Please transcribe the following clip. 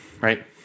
right